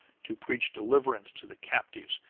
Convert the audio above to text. to preach deliverance to the captives,